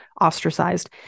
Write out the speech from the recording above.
ostracized